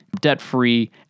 debt-free